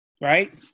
right